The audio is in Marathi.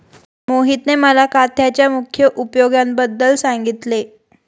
मोहितने मला काथ्याच्या मुख्य उपयोगांबद्दल सांगितले